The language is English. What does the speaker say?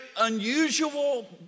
unusual